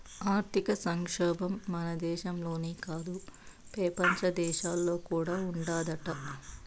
ఆర్థిక సంక్షోబం మన దేశంలోనే కాదు, పెపంచ దేశాల్లో కూడా ఉండాదట